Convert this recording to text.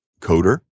coder